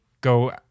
go